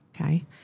okay